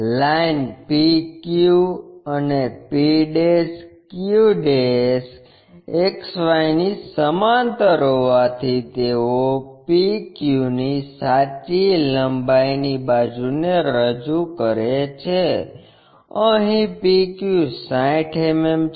line p q અને p q XY ની સમાંતર હોવાથી તેઓ PQ ની સાચી લંબાઈની બાજુને રજૂ કરે છે અહીં PQ 60 mm છે